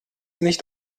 nicht